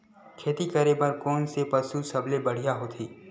खेती करे बर कोन से पशु सबले बढ़िया होथे?